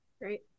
Great